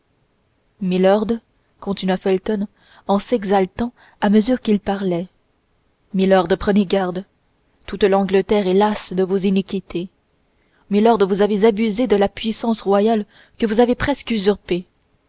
milord continua felton s'exaltant à mesure qu'il parlait milord prenez garde toute l'angleterre est lasse de vos iniquités milord vous avez abusé de la puissance royale que vous avez presque usurpée